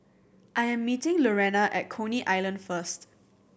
I am meeting Lurena at Coney Island first